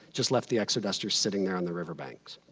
just left the exodusters setting there on the river banks.